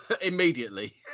immediately